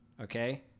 okay